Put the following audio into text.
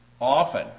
often